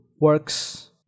works